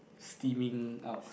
steaming out